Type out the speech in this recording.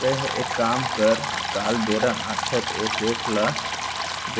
तैंहर एक काम कर काल बेरा आछत ओ सेठ ल